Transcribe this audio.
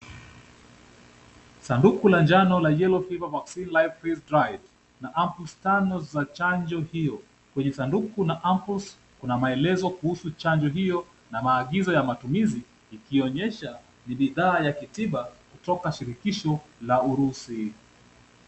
Sanduku la njano ya Yellow Fever Vaccine Live Freeze-Dried na amphos tano za chanjo hiyo. Kwenye sanduku kuna amphos, kuna maelezo kuhusu chanjo hiyo na maagizo ya matumizi, ikionyesha ni bidhaa ya kitiba kutoka shirikisho la Urusi.